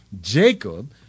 Jacob